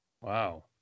Wow